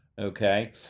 okay